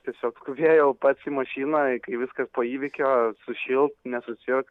tiesiog užėjau pats į mašiną kai viskas po įvykio sušilt nesucijuot